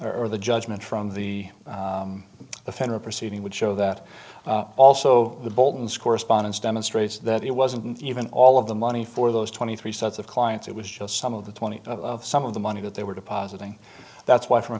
or the judgement from the offender proceeding would show that also the boltons correspondence demonstrates that it wasn't even all of the money for those twenty three sets of clients it was just some of the twenty some of the money that they were depositing that's why from a